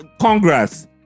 congrats